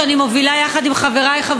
זה לא סוד שאני מובילה יחד עם חברי חברי